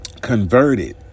converted